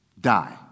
die